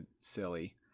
silly